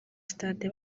stade